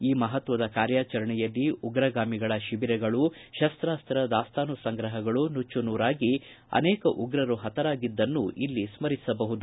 ಈ ಮಹತ್ವದ ಕಾರ್ಯಾಚರಣೆಯಲ್ಲಿ ಉಗ್ರಗಾಮಿಗಳ ಶಿಬಿರಗಳು ಶಸ್ತಾಸ್ತ ದಾಸ್ತಾನು ಸಂಗ್ರಹಗಳು ನುಚ್ಚುನೂರಾಗಿ ಪತ್ತಾರು ಉಗ್ರರು ಪತರಾಗಿದ್ದನ್ನು ಇಲ್ಲಿ ಸ್ಕರಿಸಬಹುದು